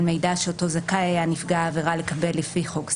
מידע שאותו זכאי היה נפגע עבירה לקבל לפי חוק זה,